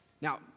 Now